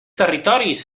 territoris